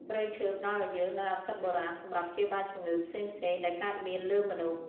ព្រៃឈើផ្តល់ឱ្យយើងនូវឱសថបុរាណសម្រាប់ព្យាបាលជំងឺផ្សេងៗដែលកើតមានលើមនុស្ស។